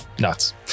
nuts